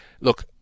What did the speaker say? Look